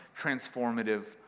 transformative